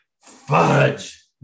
fudge